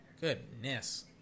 goodness